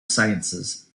sciences